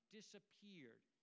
disappeared